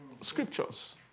Scriptures